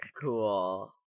Cool